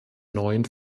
neuen